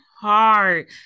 hard